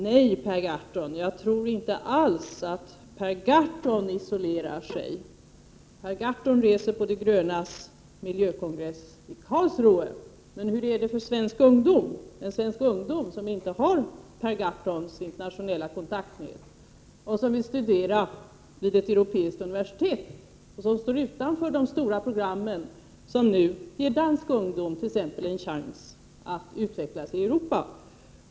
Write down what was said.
Nej, Per Gahrton, jag tror inte alls att Per Gahrton isolerar sig — Per Gahrton reser på De grönas miljökongress i Karlsruhe. Men hur är det för den svenska ungdom som inte har Per Gahrtons internationella kontaktnät och som vill studera vid ett europeiskt universitet men som står utanför de stora programmen, vilka nu gert.ex. dansk ungdom en chans att utveckla sig i Europa?